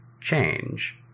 change